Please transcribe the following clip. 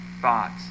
thoughts